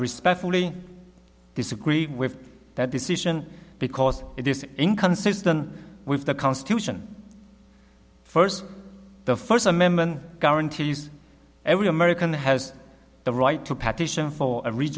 respectfully disagree with that decision because it is inconsistent with the constitution first the first amendment guarantees every american has the right to